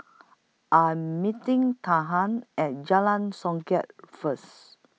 I'm meeting At Jalan Songket First